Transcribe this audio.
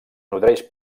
nodreix